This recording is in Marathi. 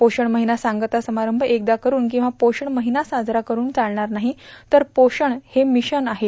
पोषण र्माहना सांगता समारंभ एकदा करुन र्फकंवा पोषण माहना साजरा करुन चालणार नाहों तर पोषण हे र्मिशन आहे